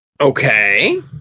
okay